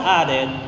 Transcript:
added